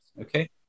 Okay